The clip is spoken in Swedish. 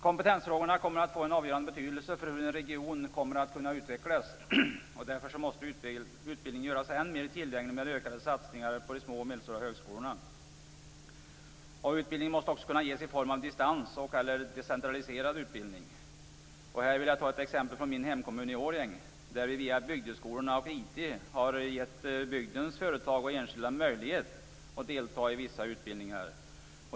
Kompetensfrågorna kommer att få en avgörande betydelse för hur en region kommer att kunna utvecklas. Därför måste utbildningen göras än mer tillgänglig med ökade satsningar på de små och medelstora högskolorna. Utbildningen måste kunna ges i form av distans och/eller decentraliserad utbildning. Här vill jag ta ett exempel från min hemkommun, Årjäng, där vi i bygdeskolorna via IT har givit bygdens företag och enskilda möjlighet att delta i vissa utbildningar.